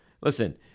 listen